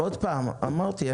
אמרתי,